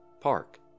Park